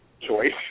choice